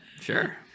Sure